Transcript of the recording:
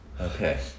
Okay